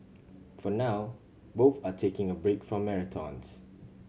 for now both are taking a break from marathons